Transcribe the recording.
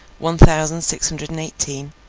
one thousand six hundred and eighteen,